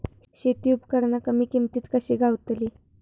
शेती उपकरणा कमी किमतीत कशी गावतली?